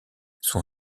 son